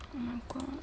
oh my god